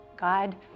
God